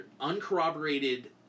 uncorroborated